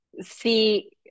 see